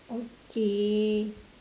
okay